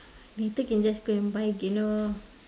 later can just go and buy again lor